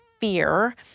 fear